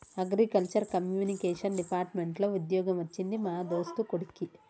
agriculture communication department లో వుద్యోగం వచ్చింది మా దోస్తు కొడిక్కి